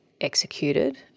executed